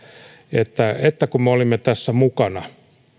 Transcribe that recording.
että että kun me olimme tässä mukana